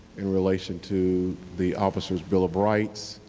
in relation to the officers bill of rights.